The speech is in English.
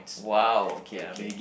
!wow! okay okay